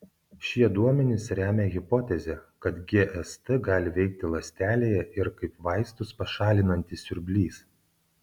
šie duomenys remia hipotezę kad gst gali veikti ląstelėje ir kaip vaistus pašalinantis siurblys